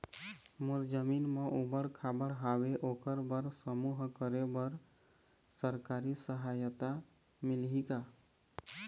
मोर जमीन म ऊबड़ खाबड़ हावे ओकर बर समूह करे बर सरकारी सहायता मिलही का?